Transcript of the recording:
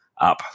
up